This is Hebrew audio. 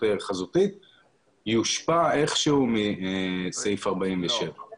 חזותית יושפע איכשהו מסעיף 47. לא.